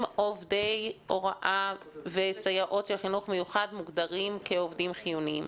עובדי הוראה וסייעות של חינוך מיוחד מוגדרים כעובדים חיוניים?